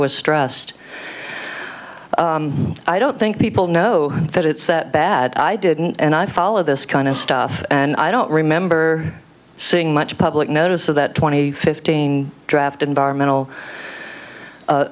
was stressed i don't think people know that it's that bad i didn't and i followed this kind of stuff and i don't remember seeing much public notice of that twenty fifteen draft environmental